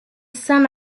son